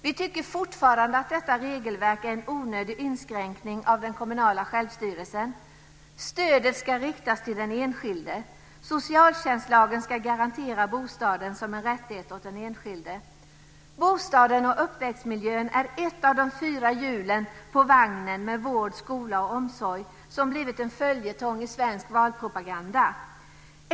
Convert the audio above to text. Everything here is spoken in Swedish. Vi tycker fortfarande att detta regelverk är en onödig inskränkning av den kommunala självstyrelsen. Stödet ska riktas till den enskilde. Socialtjänstlagen ska garantera bostaden som en rättighet åt den enskilde. Bostaden och uppväxtmiljön är ett av de fyra hjulen på vagnen med vård, skola och omsorg som blivit en följetong i svensk valpropaganda.